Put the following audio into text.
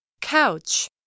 Couch